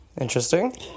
Interesting